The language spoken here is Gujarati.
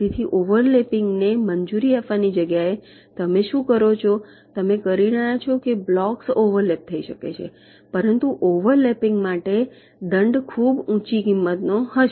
તેથી ઓવરલેપિંગ ને મંજૂરી આપવાની જગ્યાએ તમે શું કરો છો તમે કહી રહ્યા છો કે બ્લોક્સ ઓવરલેપ થઈ શકે છે પરંતુ ઓવરલેપિંગ માટેનો દંડ ખૂબ ઊંચી કિંમતનો હશે